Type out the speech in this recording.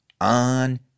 on